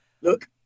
Look